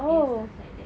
and stuff like that